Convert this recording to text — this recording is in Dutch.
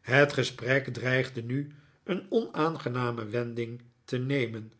het gesprek dreigde nu een onaangename wending te nemen